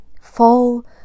fall